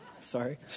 sorry